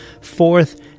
Fourth